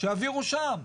שיעבירו שם,